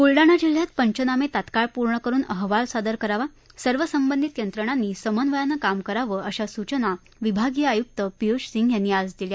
बुलडाणा जिल्ह्यात पंचनामे तात्काळ पूर्ण करुन अहवाल सादर करावा सर्व संबंधित यंत्रणांनी समन्वयानं काम करावं अशा सूचना विभागीय आयुक्त पियुष सिंग यांनी आज दिल्या